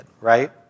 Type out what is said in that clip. right